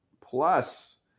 Plus